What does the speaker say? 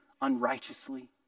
unrighteously